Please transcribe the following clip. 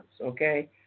okay